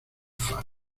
faro